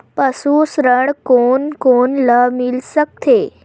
पशु ऋण कोन कोन ल मिल सकथे?